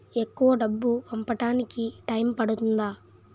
ఎక్కువ డబ్బు పంపడానికి టైం పడుతుందా?